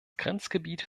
grenzgebiet